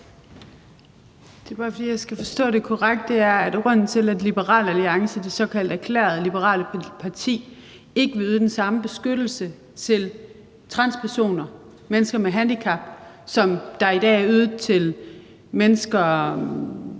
Det er bare, fordi jeg skal forstå det korrekt: Grunden til, at Liberal Alliance, det såkaldt og erklærede liberale parti, ikke vil yde den samme beskyttelse til transpersoner og mennesker med handicap, som der i dag er ydet til mennesker